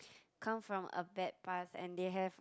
come from a bad past and they have